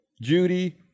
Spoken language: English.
Judy